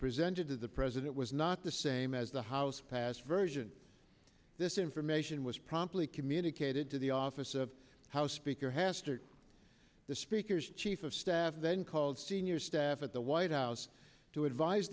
presented to the president was not the same as the house passed version this information was promptly communicated to the office of house speaker hastert the speaker's chief of staff then called senior staff at the white house to advise